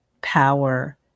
power